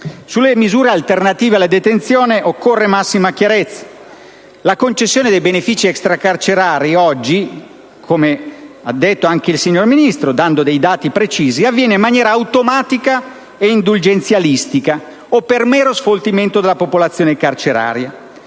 Sulle misure alternative alla detenzione occorre massima chiarezza. La concessione dei benefici extracarcerari - come ha detto anche il signor Ministro, citando dati precisi - avviene oggi in maniera automatica e indulgenzialista o per mero sfoltimento della popolazione carceraria.